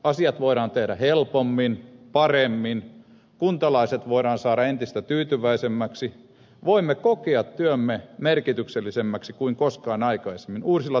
asiat voidaan tehdä helpommin paremmin kuntalaiset voidaan saada entistä tyytyväisemmiksi voimme kokea työmme merkityksellisemmäksi kuin koskaan aikaisemmin uusilla toimintatavoilla